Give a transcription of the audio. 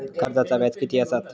कर्जाचा व्याज कीती असता?